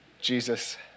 Jesus